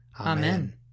Amen